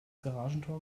garagentor